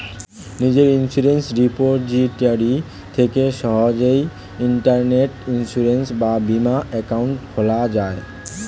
নিজের insurance repository থেকে সহজেই ইন্টারনেটে ইন্সুরেন্স বা বীমা অ্যাকাউন্ট খোলা যায়